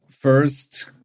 first